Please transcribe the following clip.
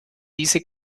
diese